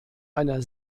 einer